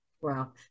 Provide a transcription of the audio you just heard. Wow